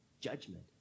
judgment